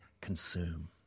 consume